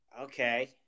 Okay